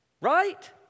Right